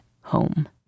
home